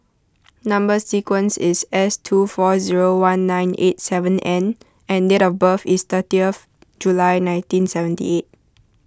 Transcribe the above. Number Sequence is S two four zero one nine eight seven N and date of birth is thirtieth July nineteen seventy eight